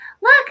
Look